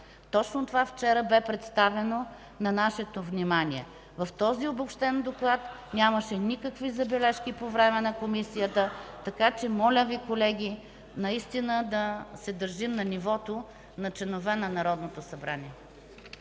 Точно това вчера бе представено на нашето внимание. В този обобщен доклад нямаше никакви забележки по време на Комисията, така че, колеги, моля Ви наистина да се държим на нивото на членове на Народното събрание.